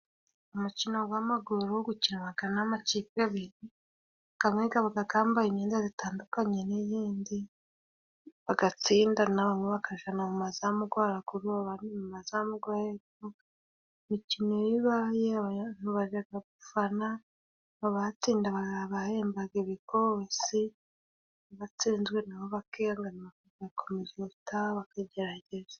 Umukino gw'amaguru gukinwagana n'amakipe abiri. Gamwe gabaga gambaye imyenda zitandukanye n' iyindi. bagatsindana bamwe bakajana mu mazamu go haraguru abandi mu mazamu go hepfo, imikino iyo ibaye bajaga gufana, abatsinze babahembaga ibikosi, abatsinzwe nabo bakihangana bagakomeza ubutaha bakagerageza.